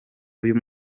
uyu